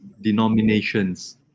denominations